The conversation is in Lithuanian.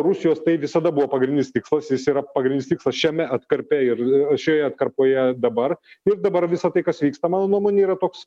rusijos tai visada buvo pagrindinis tikslas jis yra pagrindinis tikslas šiame atkarpe ir šioje atkarpoje dabar ir dabar visa tai kas vyksta mano nuomone yra toks